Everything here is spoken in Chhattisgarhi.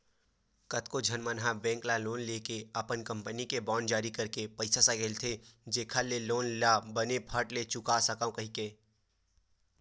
कतको झन मन ह बेंक ले लोन लेके अपन कंपनी के बांड जारी करके पइसा सकेलथे जेखर ले लोन ल बने फट ले चुका सकव कहिके